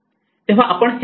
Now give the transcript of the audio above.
तेव्हा आपण हे d